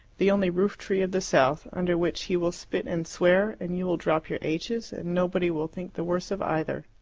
the only roof-tree of the south, under which he will spit and swear, and you will drop your h's, and nobody will think the worse of either.